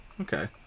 Okay